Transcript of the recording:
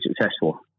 successful